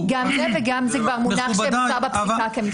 פסקה (3).